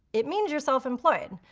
it means you're self-employed.